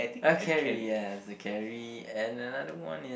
ah carry yes the carry and another one is